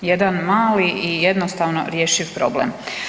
Jedan mali i jednostavno rješiv problem.